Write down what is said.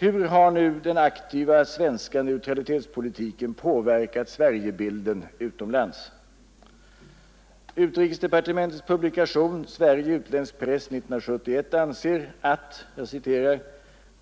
Hur har nu den aktiva svenska neutralitetspolitiken påverkat Sverigebilden utomlands? Utrikesdepartementets publikation ”Sverige i utländsk press 1971” anser: